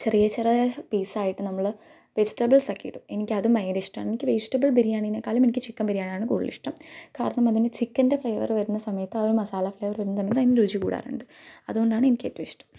ചെറിയ ചെറിയ പീസായിട്ട് നമ്മള് വെജിറ്റബിൾസൊക്കെ ഇടും എനിക്കതും ഭയങ്കര ഇഷ്ടമാണ് എനിക്ക് വെജിറ്റബിൾ ബിരിയാണീനേക്കാലും എനിക്ക് ചിക്കൻ ബിരിയാണിയാണ് കൂടുതലിഷ്ടം കാരണമതിന് ചിക്കൻ്റെ ഫ്ലേവറ് വരുന്ന സമയത്ത് ആ ഒരു മസാല ഫ്ലേവറ് വരുമ്പം തന്നെ അതിന് രുചി കൂടാറുണ്ട് അതുകൊണ്ടാണെനിക്കേറ്റവും ഇഷ്ടം